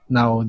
now